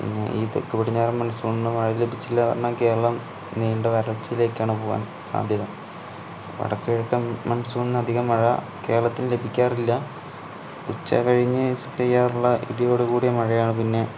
പിന്നെ ഈ തെക്കുപടിഞ്ഞാറന് മണ്സൂണിന്നു മഴ ലഭിച്ചില്ലാന്ന് പറഞ്ഞാൽ കേരളം നീണ്ട വരൾച്ച യിലേക്കാണ് പോവാന് സാധ്യത വടക്ക് കിഴക്കന് മണ്സൂണിന്നു അധികം മഴ കേരളത്തില് ലഭിയ്ക്കാറില്ല ഉച്ച കഴിഞ്ഞ് സ് പെയ്യാറുള്ള ഇടിയോട് കൂടിയ മഴയാണ് പിന്നെ